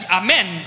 amen